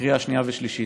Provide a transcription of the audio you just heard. לקריאה שנייה ושלישית.